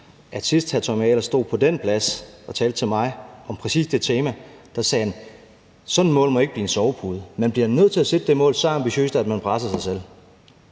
at sidst hr. Tommy Ahlers stod på den plads og talte til mig om præcis det tema, sagde han: Sådan et mål må ikke blive en sovepude – man bliver nødt til at sætte målet så ambitiøst, at man presser sig selv.